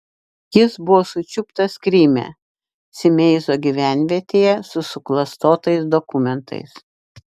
jis buvo sučiuptas kryme simeizo gyvenvietėje su suklastotais dokumentais